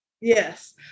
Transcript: Yes